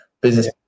business